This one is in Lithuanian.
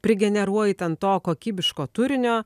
prigeneruoji ten to kokybiško turinio